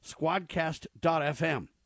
Squadcast.fm